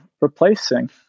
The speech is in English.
replacing